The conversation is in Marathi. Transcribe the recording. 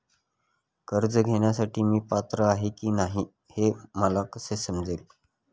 कर्ज घेण्यासाठी मी पात्र आहे की नाही हे मला कसे समजेल?